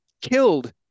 killed